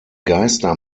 geister